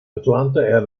atlanta